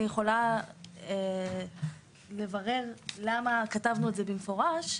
אני יכולה לברר למה כתבנו את זה במפורש,